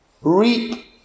reap